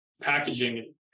packaging